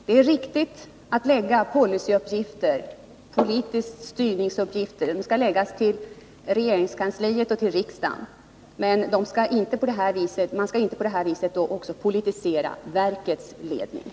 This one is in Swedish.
Det är riktigt att frågor om policy och politisk styrning skall läggas på regeringen och riksdagen, men verkets ledning skall inte politiseras på det här sättet.